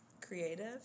Creative